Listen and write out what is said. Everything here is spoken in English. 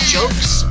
Jokes